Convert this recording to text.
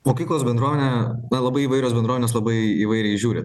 mokyklos bendruomenė na labai įvairios bendruomenės labai įvairiai žiūri